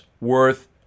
worth